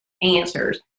Answers